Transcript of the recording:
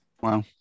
Wow